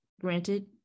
granted